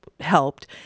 helped